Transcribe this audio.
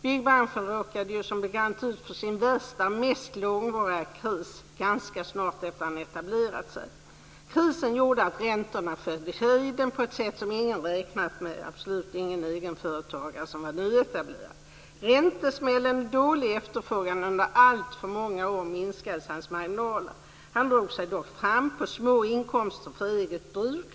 Byggbranschen råkade som bekant ut för sin värsta och mest långvariga kris ganska snart efter att han hade etablerat sig. Krisen gjorde att räntorna sköt i höjden på ett sätt som ingen räknat med - absolut inte en nyetablerad egenföretagare. Räntesmällen och dålig efterfrågan under alltför många år minskade hans marginaler. Han drog sig dock fram på små inkomster för eget bruk.